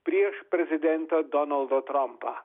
prieš prezidentą donaldą trampą